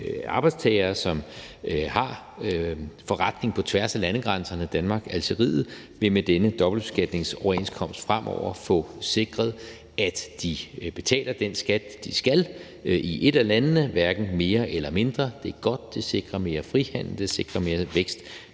arbejdstagere, som har forretning på tværs af landegrænserne mellem Danmark og Algeriet, vil med denne dobbeltbeskatningsoverenskomst fremover få sikret, at de betaler den skat, de skal, i ét af landene, hverken mere eller mindre. Det er godt. Det sikrer mere frihandel, det sikrer mere vækst,